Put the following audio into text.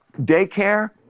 daycare